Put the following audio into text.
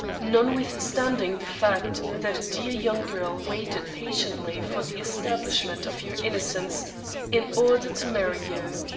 notwithstanding the fact that a dear young girl waited patiently for the establishment of your innocence in order to marry you.